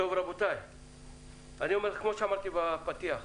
רבותיי, כמו שאמרתי בפתיח,